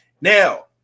Now